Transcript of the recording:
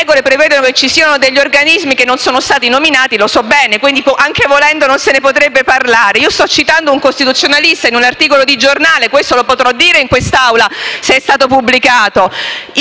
regole prevedono che vi siano degli organismi che non sono stati nominati, lo so bene: quindi, anche volendo, non se ne potrebbe parlare. Io sto citando il pensiero di un costituzionalista tratto da un articolo di giornale: questo lo potrò dire in quest'Aula, se l'articolo è stato pubblicato!